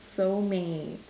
soulmate